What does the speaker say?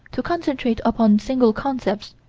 to concentrate upon single concepts,